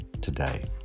today